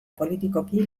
politikoki